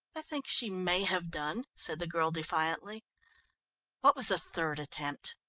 i think she may have done, said the girl defiantly what was the third attempt?